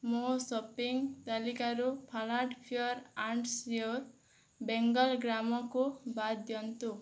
ମୋ ସପିଂ ତାଲିକାରୁ Phalada pure and sure Bengal ଗ୍ରାମ୍କୁ ବାଦ ଦିଅନ୍ତୁ